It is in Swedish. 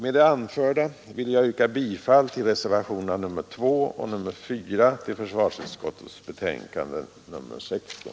Med det anförda vill jag yrka bifall till reservationerna 2 och 4 till försvarsutskottets betänkande nr 16.